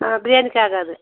ஆ பிரியாணிக்கு ஆகாது